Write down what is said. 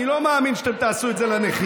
אני לא מאמין שתעשו את זה לנכים.